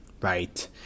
Right